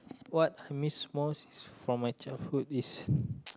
what miss most from my childhood is